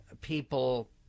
people